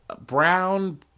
brown